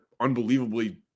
unbelievably